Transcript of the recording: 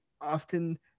often